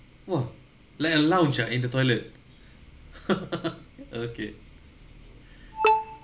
!wah! like a lounge ah in the toilet okay